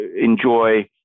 enjoy